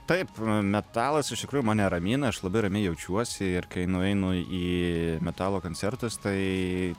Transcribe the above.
taip metalas iš tikrųjų mane ramina aš labai ramiai jaučiuosi ir kai nueinu į metalo koncertus tai